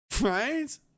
Right